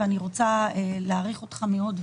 ואני רוצה להעריך אותך מאוד,